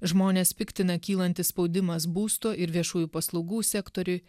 žmones piktina kylantis spaudimas būsto ir viešųjų paslaugų sektoriuj